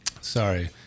Sorry